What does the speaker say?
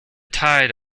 tide